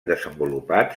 desenvolupat